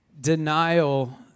denial